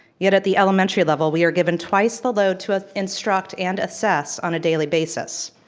yet at the elementary level, we are given twice the load to ah instruct and assess on a daily basis.